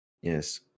Yes